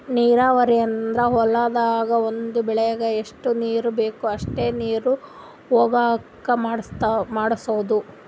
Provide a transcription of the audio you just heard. ನೀರಾವರಿ ಅಂದ್ರ ಹೊಲ್ದಾಗ್ ಒಂದ್ ಬೆಳಿಗ್ ಎಷ್ಟ್ ನೀರ್ ಬೇಕ್ ಅಷ್ಟೇ ನೀರ ಹೊಗಾಂಗ್ ಮಾಡ್ಸೋದು